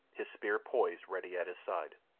his spear poised ready at his side.